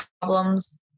problems